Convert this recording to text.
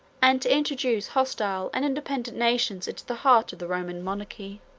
and to introduce hostile and independent nations into the heart of the roman monarchy.